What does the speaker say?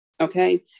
Okay